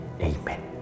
Amen